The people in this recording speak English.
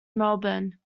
melbourne